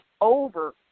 over